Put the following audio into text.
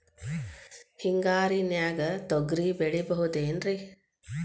ಹಿಂಗಾರಿನ್ಯಾಗ ತೊಗ್ರಿ ಬೆಳಿಬೊದೇನ್ರೇ?